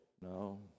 No